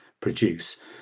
produce